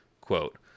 quote